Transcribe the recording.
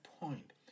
point